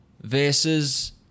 versus